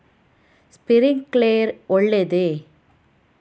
Sprinkler ಒಳ್ಳೇದೇ?